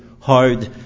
hard